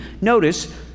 notice